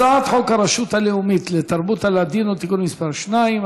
הצעת חוק הרשות הלאומית לתרבות הלאדינו (תיקון מס' 2),